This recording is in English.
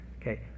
Okay